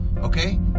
Okay